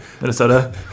Minnesota